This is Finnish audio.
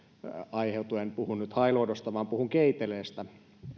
aiheutuen puhu nyt hailuodosta vaan puhun keiteleestä